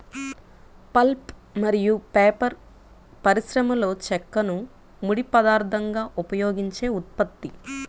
pulp మరియు paper పరిశ్రమలోచెక్కను ముడి పదార్థంగా ఉపయోగించే ఉత్పత్తి